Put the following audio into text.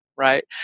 right